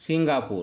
Singapore